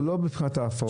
לא מבחינת ההפרעות,